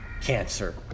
cancer